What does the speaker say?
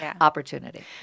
opportunity